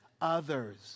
others